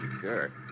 Sure